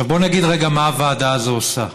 עכשיו, בואו נגיד רגע מה הוועדה הזו עושה.